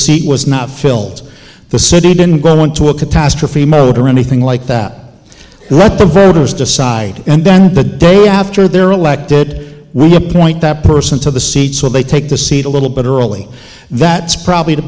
was not filled the city didn't go into a catastrophe mode or anything like that right the voters decide and then the day after they're elected we appoint that person to the seat so they take the seat a little bit early that's probably the